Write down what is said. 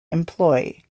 employ